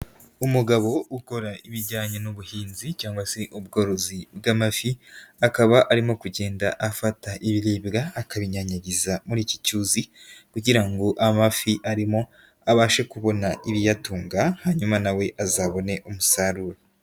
Umugabo ukora ibijyanye n'ubuhinzi cyangwa se ubworozi bw'amafi, akaba arimo kugenda afata ibiribwa akabinyanyagiza muri iki cyuzi kugira ngo amafi arimo abashe kubona ibiyatunga, hanyuma nawe azabone umusaruro.